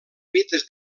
mites